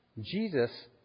Jesus